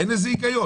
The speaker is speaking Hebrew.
אין לזה היגיון.